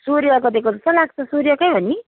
सूर्यको दिएको जस्तो लाग्छ सूर्यकै हो नि